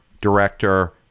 director